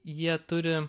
jie turi